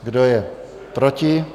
Kdo je proti?